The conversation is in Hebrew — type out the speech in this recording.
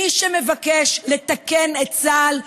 מי שמבקש לתקן את צה"ל,